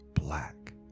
black